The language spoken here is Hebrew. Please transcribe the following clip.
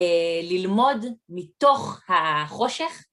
ללמוד מתוך החושך.